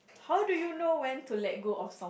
how do you know when to let go of some